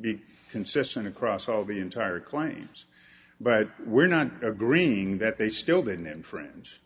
be consistent across all the entire claims but we're not agreeing that they still didn't infringe